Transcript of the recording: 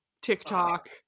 TikTok